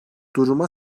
duruma